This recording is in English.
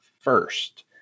first